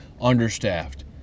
understaffed